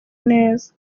neza